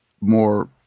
more